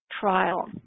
trial